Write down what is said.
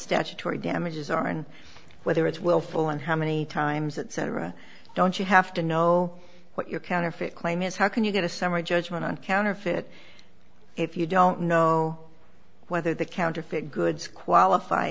statutory damages are and whether it's willful and how many times that cetera don't you have to know what your counterfeit claim is how can you get a summary judgment on counterfeit if you don't know whether the counterfeit goods qualify